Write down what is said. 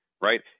right